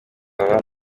baba